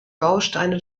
bausteine